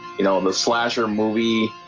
you know and the slasher movie